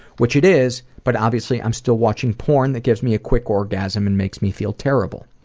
which it is, but obviously i m still watching porn that gives me a quick orgasm and makes me feel terrible.